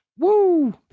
Woo